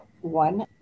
one